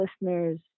listeners